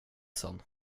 sen